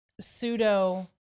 pseudo